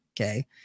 okay